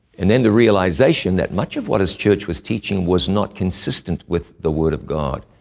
and then the realization that much of what his church was teaching was not consistent with the word of god.